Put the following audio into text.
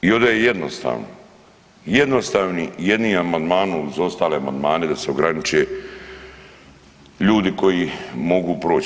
I ovdje je jednostavno, jednostavnim jednim amandmanom uz ostale amandmane da se ograniče ljudi koji mogu proći.